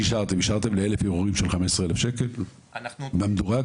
השארתם כסף ל-1,000 ערעורים של 15,000 שקל באופן מדורג?